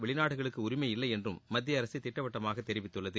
வெளிநாடுகளுக்கு உரிமையில்லை என்றும் மத்திய அரசு திட்டவட்டமாக தெரிவித்துள்ளது